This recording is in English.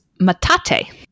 matate